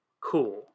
cool